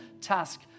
task